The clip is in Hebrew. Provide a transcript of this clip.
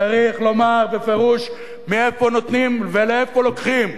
צריך לומר בפירוש מאיפה נותנים ולאיפה לוקחים,